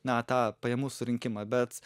na tą pajamų surinkimą bet